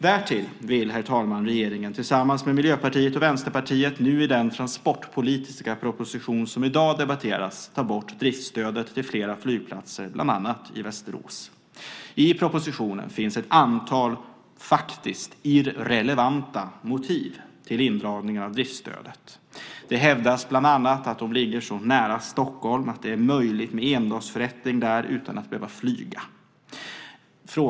Därtill vill regeringen, herr talman, tillsammans med Miljöpartiet och Vänsterpartiet, i den transportpolitiska proposition som i dag debatteras ta bort driftsstödet till flera flygplatser, bland annat i Västerås. I propositionen finns ett antal, faktiskt irrelevanta, motiv till indragningen av driftsstödet. Det hävdas bland annat de ligger så nära Stockholm att det är möjligt med endagsförrättning där utan att behöva flyga.